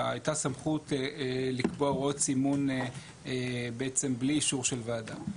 הייתה סמכות לקבוע הוראות סימון בעצם בלי אישור של ועדה.